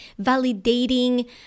validating